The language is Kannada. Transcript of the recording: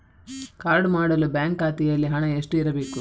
ಕಾರ್ಡು ಮಾಡಲು ಬ್ಯಾಂಕ್ ಖಾತೆಯಲ್ಲಿ ಹಣ ಎಷ್ಟು ಇರಬೇಕು?